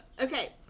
okay